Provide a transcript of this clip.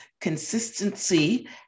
consistency